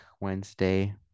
Wednesday